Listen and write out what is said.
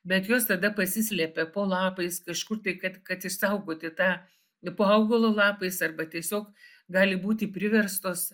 bet jos tada pasislepia po lapais kažkur tai kad kad išsaugoti tą po augalo lapais arba tiesiog gali būti priverstos